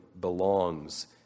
belongs